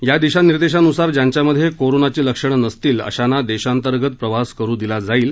या दिशानिर्देशांन्सार ज्यांच्यामध्ये कोरोनाची लक्षणं नसतील अशांना देशांतर्गत प्रवास करु दिला जाईल